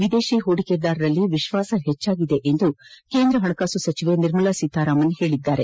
ವಿದೇತಿ ಪೂಡಿಕೆದಾರರಲ್ಲಿ ವಿಶ್ವಾಸ ಹೆಚ್ಚಾಗಿದೆ ಎಂದು ಕೇಂದ್ರ ಹಣಕಾಸು ಸಚಿವೆ ನಿರ್ಮಲಾ ಸೀತಾರಾಮನ್ ಹೇಳಿದ್ದಾರೆ